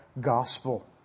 gospel